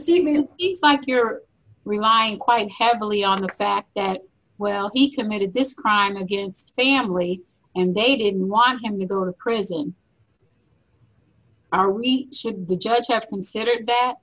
is like you're relying quite heavily on the fact that well he committed this crime against family and they didn't want him to go to prison are we should the judge have considered that